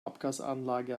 abgasanlage